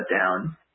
down